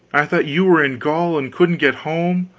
i thought you were in gaul and couldn't get home,